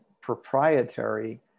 proprietary